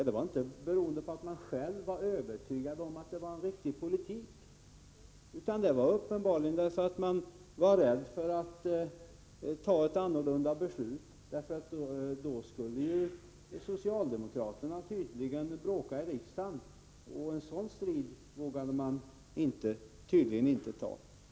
Det berodde inte på att man själv var övertygad om att det var en riktig politik, utan det var uppenbarligen därför att man var rädd för att ta ett annorlunda beslut. Gjorde man det skulle ju socialdemokraterna tydligen bråka i riksdagen, och en sådan strid vågade man tydligen inte ta.